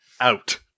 out